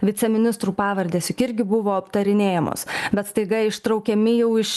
viceministrų pavardės juk irgi buvo aptarinėjamos bet staiga ištraukiami jau iš